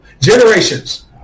Generations